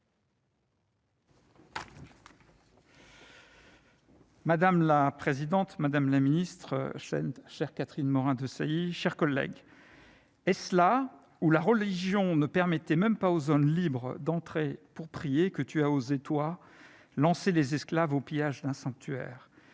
Madame la présidente, madame la secrétaire d'État, mes chers collègues, « Est-ce là, où la religion ne permettait même pas aux hommes libres d'entrer pour prier, que tu as osé, toi, lancer les esclaves au pillage d'un sanctuaire ?